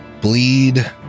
bleed